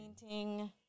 Painting